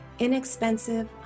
Inexpensive